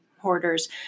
hoarders